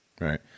right